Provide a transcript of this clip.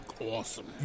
awesome